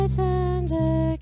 tender